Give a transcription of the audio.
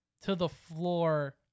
to-the-floor